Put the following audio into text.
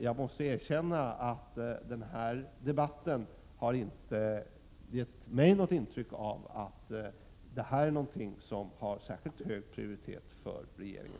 Jag måste erkänna att den här debatten inte har gett mig något intryck av att detta är någonting som har särskilt hög prioritet för regeringen.